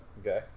Okay